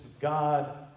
God